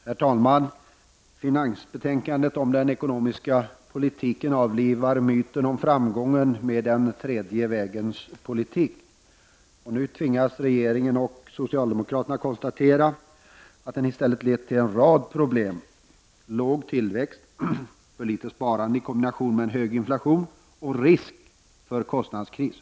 Herr talman! Finansutskottets betänkande om den ekonomiska politiken avlivar myten om framgången med den tredje vägens politik. Nu tvingas re geringen och socialdemokraterna konstatera att den i stället lett till en rad problem: låg tillväxt, för litet sparande i kombination med en hög inflation och risk för kostnadskris.